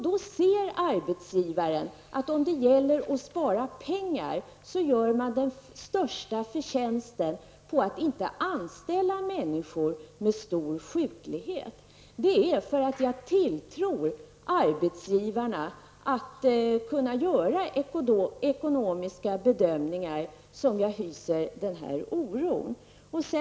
Då ser arbetsgivaren att om det gäller att spara pengar gör man den största förtjänsten på att inte anställa människor med stor sjuklighet. Det är för att jag tilltror att arbetsgivarna att kunna göra ekonomiska bedömningar som jag hyser den här oron.